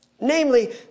Namely